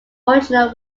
original